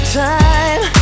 time